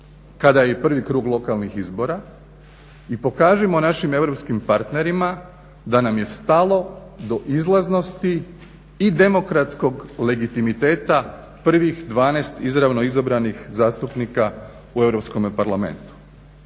kada je i prvi krug lokalnih izbora i pokažimo našim europskim partnerima da nam je stalo do izlaznosti i demokratskog legitimiteta prvih 12 izravno izabranih zastupnika u Europskome parlamentu.